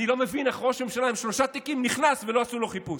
אני לא מבין איך ראש ממשלה עם שלושה תיקים נכנס ולא עשו לו חיפוש.